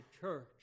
church